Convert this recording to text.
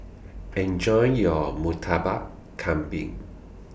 Enjoy your Murtabak Kambing